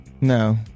No